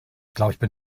glaube